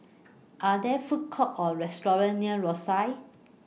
Are There Food Courts Or restaurants near Rosyth